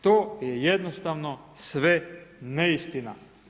To je jednostavno sve neistina.